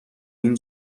این